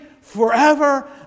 forever